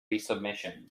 resubmission